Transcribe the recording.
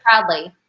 proudly